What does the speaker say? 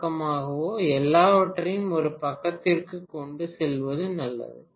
பக்கமாகவோ எல்லாவற்றையும் ஒரு பக்கத்திற்கு கொண்டு செல்வது நல்லது